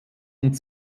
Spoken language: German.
und